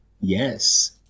yes